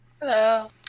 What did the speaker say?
Hello